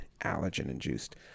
allergen-induced